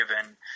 given